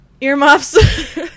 earmuffs